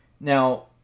Now